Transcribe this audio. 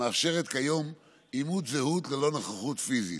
המאפשרת כיום אימות זהות ללא נוכחות פיזית.